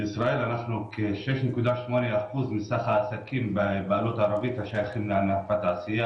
בישראל אנחנו כ-6.8% מסך העסקים בבעלות ערבית ששייכים לענף התעשייה,